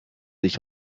sich